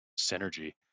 synergy